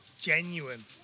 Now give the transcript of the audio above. genuine